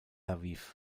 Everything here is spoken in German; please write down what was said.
aviv